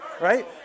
Right